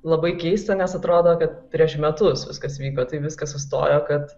labai keista nes atrodo kad prieš metus viskas vyko tai viskas sustojo kad